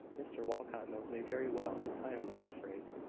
mr walcot knows me very well. i am not afraid.